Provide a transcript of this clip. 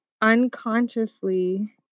unconsciously